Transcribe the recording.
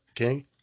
okay